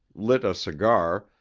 lit a cigar,